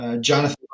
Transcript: Jonathan